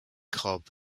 cobb